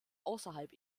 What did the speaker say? außerhalb